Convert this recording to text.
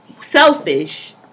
selfish